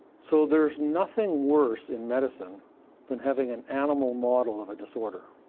so there's nothing worse in medicine than having an animal model of a disorder.